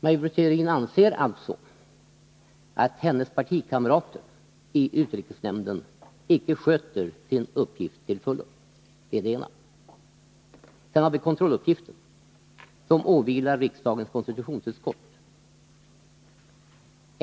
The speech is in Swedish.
Maj Britt Theorin anser alltså att hennes partikamrater i utrikesnämnden icke sköter sin uppgift till belåtenhet. Det är det ena. Sedan har vi den kontrolluppgift som åvilar riksdagens konstitutionsutskott.